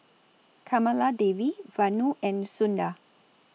Kamaladevi Vanu and Sundar